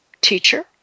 teacher